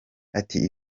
ati